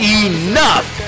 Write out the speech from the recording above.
enough